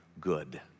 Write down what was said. good